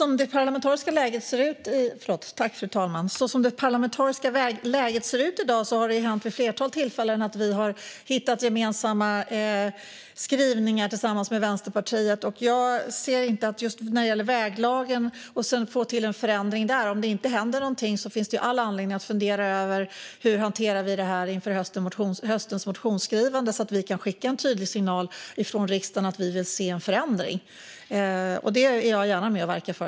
Fru talman! Som det parlamentariska läget ser ut i dag har det hänt vid ett flertal tillfällen att vi har hittat gemensamma skrivningar tillsammans med Vänsterpartiet. Om det inte händer någonting när det gäller väglagen och att få till en förändring där finns det all anledning att fundera över hur vi ska hantera detta inför höstens motionsskrivande så att vi kan skicka en tydlig signal från riksdagen om att vi vill se en förändring. Det är jag gärna med och verkar för.